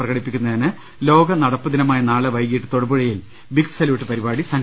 പ്രകടിപ്പിക്കുന്നതിന് ലോക നടപ്പുദിനമായ നാളെ വൈകിട്ട് തൊടുപുഴയിൽ ബിഗ് സല്യൂട്ട് പരിപാടി സംഘടിപ്പിക്കും